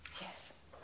Yes